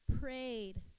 prayed